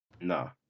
Nah